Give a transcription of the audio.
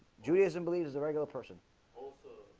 judaism believe is a regular person